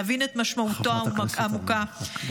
להבין את משמעותו העמוקה -- חברת הכנסת,